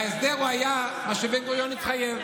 ההסדר היה מה שבן-גוריון התחייב,